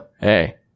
hey